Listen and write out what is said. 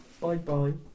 Bye-bye